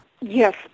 Yes